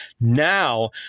Now